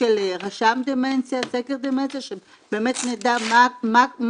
8:45 כמעט,